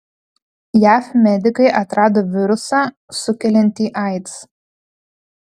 jav medikai atrado virusą sukeliantį aids